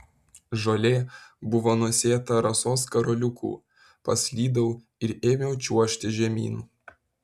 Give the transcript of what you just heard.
žolė buvo nusėta rasos karoliukų paslydau ir ėmiau čiuožti žemyn